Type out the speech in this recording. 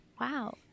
Wow